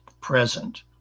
present